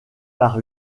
par